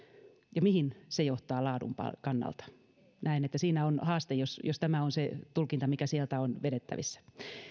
ja mihin se johtaa laadun kannalta näen että siinä on haaste jos jos tämä on se tulkinta mikä sieltä on vedettävissä